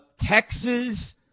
Texas